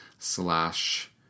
slash